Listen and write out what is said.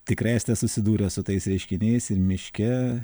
tikrai esate susidūręs su tais reiškiniais ir miške